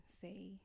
Say